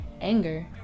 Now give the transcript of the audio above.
anger